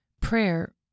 Prayer